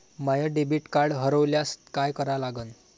माय debit card हरोल्यास काय करा लागन?